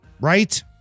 Right